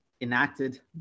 enacted